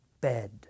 bed